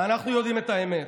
ואנחנו יודעים את האמת.